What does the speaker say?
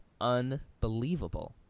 unbelievable